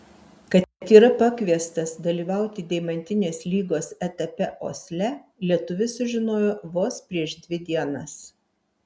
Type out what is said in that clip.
kad yra pakviestas dalyvauti deimantinės lygos etape osle lietuvis sužinojo vos prieš dvi dienas